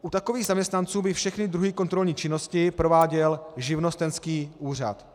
U takových zaměstnanců by všechny druhy kontrolní činnosti prováděl živnostenský úřad.